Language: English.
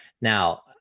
Now